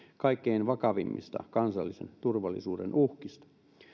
kaikkein vakavimmista kansallisen turvallisuuden uhkista